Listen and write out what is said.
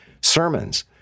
sermons